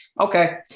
Okay